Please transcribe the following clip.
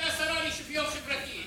הייתה שרה לשוויון חברתי.